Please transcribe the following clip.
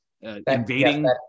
invading